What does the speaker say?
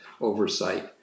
oversight